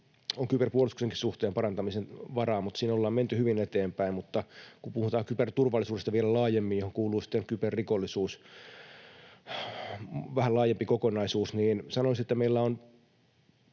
on kyberpuolustuksenkin suhteen parantamisen varaa, mutta siinä ollaan menty hyvin eteenpäin. Mutta kun puhutaan kyberturvallisuudesta vielä laajemmin, johon kuuluu sitten kyberrikollisuus, vähän laajempi kokonaisuus, niin sanoisin, että meillä on